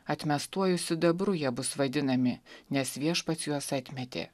atmestuoju sidabru jie bus vadinami nes viešpats juos atmetė